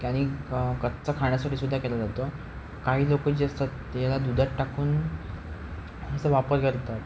आणि कच्चा खाण्यासाठी सुद्धा केला जातो काही लोक जे असतात ते याला दुधात टाकून असं वापर करतात